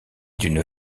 d’une